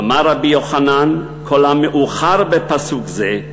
אמר רבי יוחנן: כל המאוחר בפסוק זה,